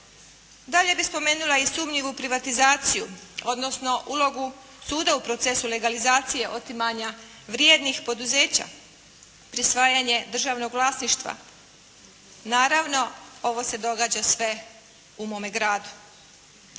Dalje bih spomenula i sumnjivu privatizaciju, odnosno ulogu suda u procesu legalizacije otimanja vrijednih poduzeća, prisvajanja državnog vlasništva. Naravno, ovo se događa sve u mome gradu.